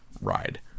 ride